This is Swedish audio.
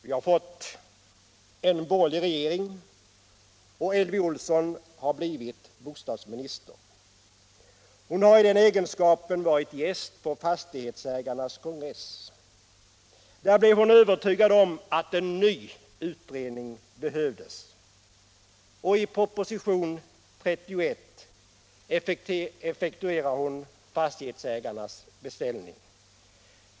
Vi har fått en borgerlig regering, och Elvy Olsson har blivit bostadsminister. Hon har i den egenskapen varit gäst på fastighetsägarnas kongress. Där blev hon övertygad om att en ny utredning behövdes, och i propositionen 31 effektuerar hon fastighetsägarnas beställning.